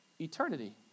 eternity